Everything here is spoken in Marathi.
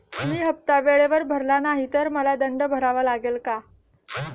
मी हफ्ता वेळेवर भरला नाही तर मला दंड भरावा लागेल का?